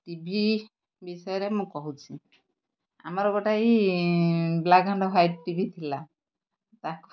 ଟି V ବିଷୟରେ ମୁଁ କହୁଛି ଆମର ଗୋଟେ black and white T V ଥିଲା ତାକୁ